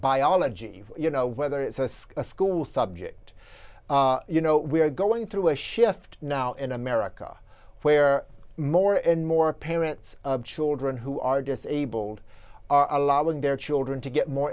biology you know whether it's a ski school subject you know we're going through a shift now in america where more and more parents of children who are disabled are allowing their children to get more